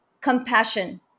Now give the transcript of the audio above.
compassion